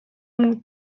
muud